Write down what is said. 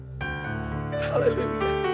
Hallelujah